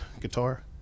guitar